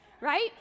right